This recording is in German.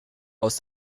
aus